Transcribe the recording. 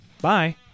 Bye